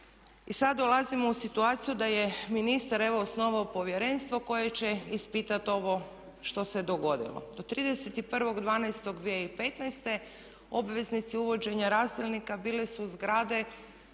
I sad dolazimo u situaciju da je ministar evo osnovao povjerenstvo koje će ispitat ovo što se dogodilo. Do 31.12.2015. obveznici uvođenja razdjelnika bile su zgrade